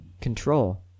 control